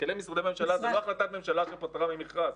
מנכ"לי משרדי ממשלה זה לא החלטת ממשלה שפטרה ממכרז,